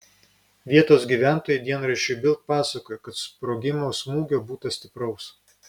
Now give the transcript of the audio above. vietos gyventojai dienraščiui bild pasakojo kad sprogimo smūgio būta stipraus